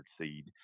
seed